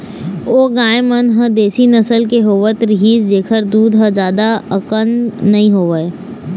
ओ गाय मन ह देसी नसल के होवत रिहिस जेखर दूद ह जादा अकन नइ होवय